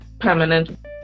permanent